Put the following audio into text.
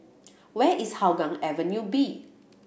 where is Hougang Avenue B